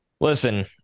Listen